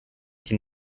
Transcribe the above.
die